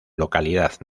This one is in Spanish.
localidad